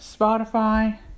Spotify